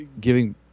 giving